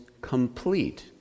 complete